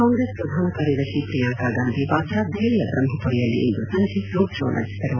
ಕಾಂಗ್ರೆಸ್ ಪ್ರಧಾನ ಕಾರ್ಯದರ್ಶಿ ಪ್ರಿಯಾಂಕಾ ಗಾಂಧಿ ವಾದ್ರಾ ದೆಹಲಿಯ ಬ್ರಹ್ಮಪುರಿಯಲ್ಲಿ ಇಂದು ಸಂಜೆ ರೋಡ್ ಶೋ ನಡೆಸಿದರು